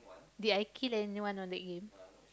did I kill anyone on that game